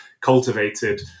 cultivated